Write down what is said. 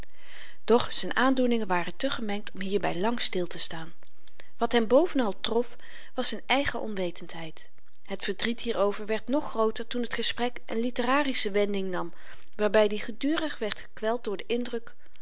doch z'n aandoeningen waren te gemengd om hierby lang stil te staan wat hem bovenal trof was z'n eigen onwetendheid het verdriet hierover werd nog grooter toen t gesprek n litterarische wending nam waarbyd i gedurig werd gekweld door den indruk